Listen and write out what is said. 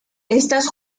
estas